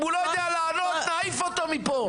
אם הוא לא יודע לענות, נעיף אותו מפה.